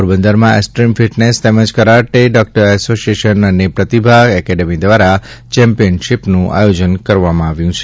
પોરબંદરમાં extreme fitness તેમજ karate do association અને પ્રતિભા એકેડેમી દ્વારા ચેમ્પિયનશિપનું આયોજન કરવામાં આવ્યું છે